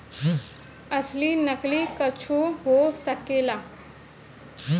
असली नकली कुच्छो हो सकेला